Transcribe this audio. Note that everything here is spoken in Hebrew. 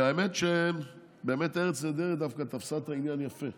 והאמת שבאמת ארץ נהדרת דווקא תפסה את העניין יפה,